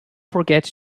forget